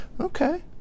Okay